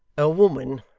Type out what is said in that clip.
a woman.